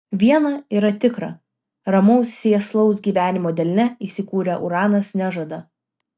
viena yra tikra ramaus sėslaus gyvenimo delne įsikūrę uranas nežada